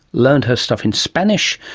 learned her stuff in spanish,